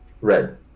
Red